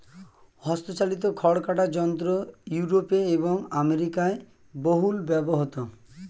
হস্তচালিত খড় কাটা যন্ত্র ইউরোপে এবং আমেরিকায় বহুল ব্যবহৃত